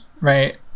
Right